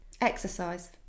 Exercise